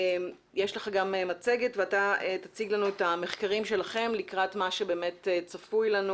יש לך גם מצגת ואתה תציג לנו את המחקרים שלכם לקראת מה שבאמת צפוי לנו